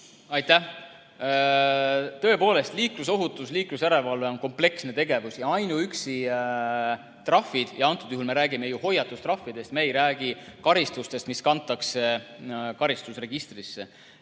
Aitäh! Tõepoolest, liiklusohutus ja liiklusjärelevalve on kompleksne tegevus ja antud juhul me räägime ju hoiatustrahvidest. Me ei räägi karistustest, mis kantakse karistusregistrisse.